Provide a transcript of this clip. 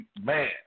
man